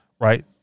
right